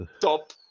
top